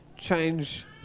change